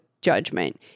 judgment